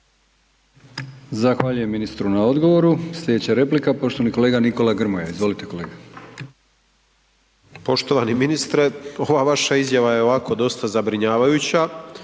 Zahvaljujem ministru na odgovoru. Slijedeća replika poštovani kolega Nikola Grmoja, izvolite kolega. **Grmoja, Nikola (MOST)** Poštovani ministre, ova vaša izjava je ovako dosta zabrinjavajuća,